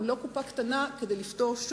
הוא לא קופה קטנה כדי לפתור,